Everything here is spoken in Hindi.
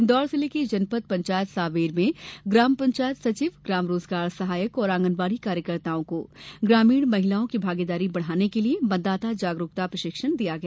इन्दौर जिले की जनपद पंचायत सांवेर में ग्राम पंचायत सचिव ग्राम रोजगार सहायक और आंगनबाड़ी कार्यकर्ताओं को ग्रामीण महिलाओं की भागीदारी बढ़ाने के लिए मतदाता जागरुकता प्रशिक्षण दिया गया